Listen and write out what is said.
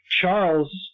Charles